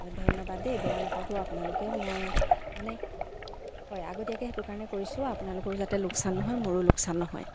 ধন্যবাদ দেই বেয়া নাপাব আপোনালোকে মই মানে হয় আগতীয়াকৈ সেইটো কাৰণে কৰিছোঁ আপোনালোকৰো যাতে লোকচান নহয় মোৰো লোকচান নহয়